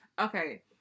okay